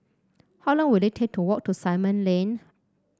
how long will it take to walk to Simon Lane